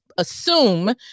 assume